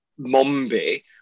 Mombi